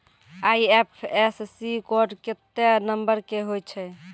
IFSC code केत्ते number के होय छै